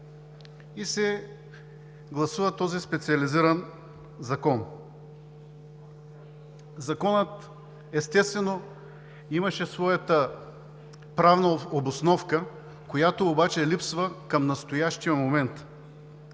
и се гласува този специализиран закон. Законът, естествено, имаше своята правна обосновка, която обаче липсва към настоящия момент.